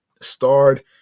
starred